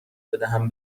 بدهم